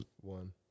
one